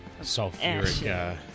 Sulfuric